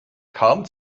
kaum